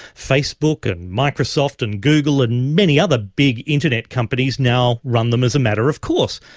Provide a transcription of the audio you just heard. facebook and microsoft and google and many other big internet companies now run them as a matter of course.